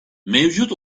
mevcut